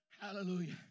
Hallelujah